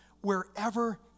wherever